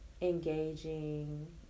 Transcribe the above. engaging